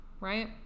Right